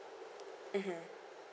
mmhmm